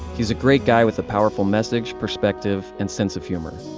he's a great guy with a powerful message, perspective, and sense of humor.